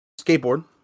skateboard